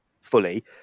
fully